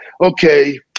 okay